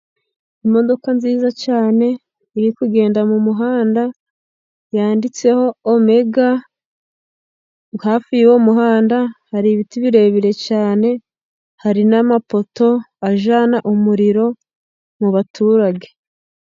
Imodoka nziza cyane iri kugenda mu muhanda yanditseho omega, hafi y'uwo muhanda hari ibiti birebire cyane, hari n'amapoto ajyana umuriro mu baturage.